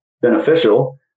beneficial